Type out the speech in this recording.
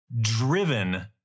driven